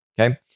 okay